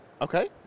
Okay